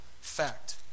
fact